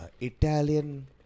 Italian